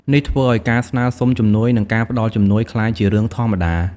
នេះធ្វើឲ្យការស្នើសុំជំនួយ និងការផ្តល់ជំនួយក្លាយជារឿងធម្មតា។